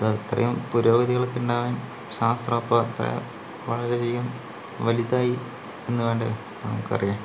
അപ്പോൾ ഇതാ ഇത്രയും പുരോഗതികളക്കെ ഉണ്ടാവാൻ ശാസ്ത്രം ഇപ്പോൾ ഇത്ര വളരെയധികം വലുതായി എന്ന് വേണ്ടേ നമുക്കറിയാൻ